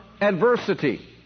adversity